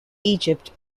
egypt